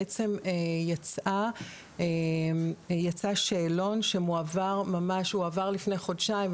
בעצם יצא שאלון שהועבר לפני חודשיים,